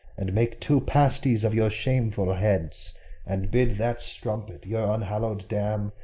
and make two pasties of your shameful heads and bid that strumpet, your unhallowed dam,